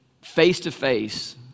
face-to-face